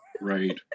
Right